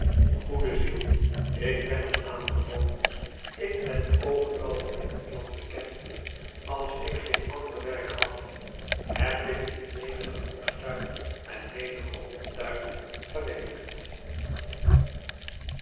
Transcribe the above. goede ziel ik ben er aan gewoon ik ben overal in het land bekend als ik geen ander werk had heb ik in menigen moestuin en menigen hoptuin gewerkt